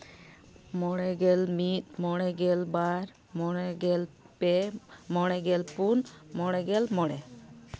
ᱢᱚᱬᱮᱜᱮᱞ ᱢᱤᱫ ᱢᱚᱬᱮᱜᱮᱞ ᱵᱟᱨ ᱢᱚᱬᱮᱜᱮᱞ ᱯᱮ ᱢᱚᱬᱮᱜᱮᱞ ᱯᱩᱱ ᱢᱚᱬᱮᱜᱮᱞ ᱢᱚᱬᱮ